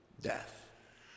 death